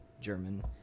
German